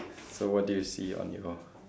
so what do you see on your